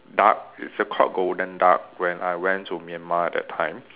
duck it's called golden duck when I went to Myanmar that time